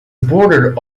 bordered